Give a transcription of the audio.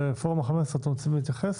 פורום ה-15, אתם רוצים להתייחס?